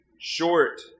short